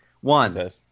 One